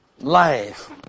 life